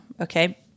Okay